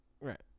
Right